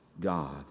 God